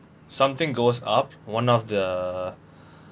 something goes up one of the